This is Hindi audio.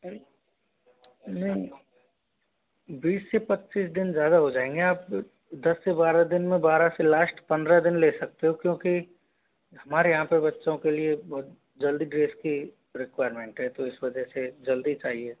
अरे नहीं बीस से पच्चीस दिन ज़्यादा हो जाएंगे आप दस से बारह दिन में बारह से लास्ट पंद्रह दिन ले सकते हो क्योंकि हमारे यहाँ पर बच्चों के लिए बहुत जल्दी ड्रेस की रिक्वायरमेंट है तो इस वजह से जल्दी चाहिए